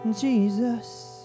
Jesus